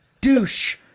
Douche